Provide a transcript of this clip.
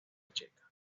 checa